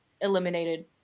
eliminated